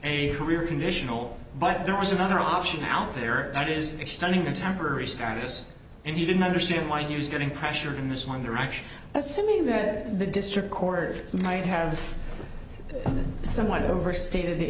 a career conditional but there was another option out there that is extending a temporary status and he didn't understand why he was getting pressured in this one direction assuming that the district court might have somewhat overstated the